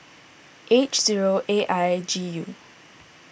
H zero A I G U